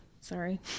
sorry